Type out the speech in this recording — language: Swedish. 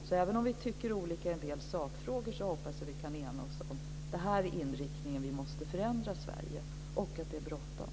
Så även om vi tycker olika i en del sakfrågor, så hoppas jag att vi kan enas om att vi måste förändra Sverige med denna inriktning och att det är bråttom.